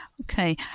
Okay